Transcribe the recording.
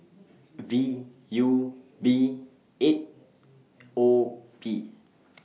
V U B eight O P